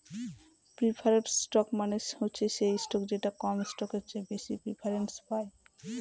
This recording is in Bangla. প্রিফারড স্টক মানে হচ্ছে সেই স্টক যেটা কমন স্টকের চেয়ে বেশি প্রিফারেন্স পায়